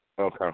Okay